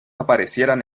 aparecieran